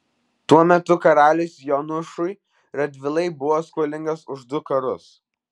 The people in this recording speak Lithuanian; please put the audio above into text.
tuo metu karalius jonušui radvilai buvo skolingas už du karus